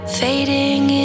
fading